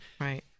Right